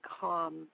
calm